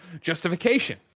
Justification